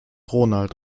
ronald